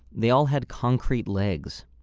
they all had concrete legs.